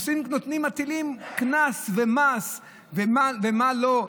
מטילים קנס ומס ומה לא,